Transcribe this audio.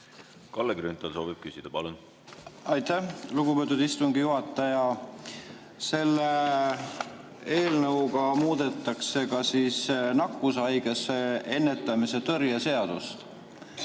Kalle Grünthal soovib küsida. Palun! Aitäh, lugupeetud istungi juhataja! Selle eelnõuga muudetakse ka nakkushaiguste ennetamise ja tõrje seadust.